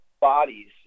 bodies